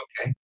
okay